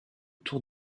tour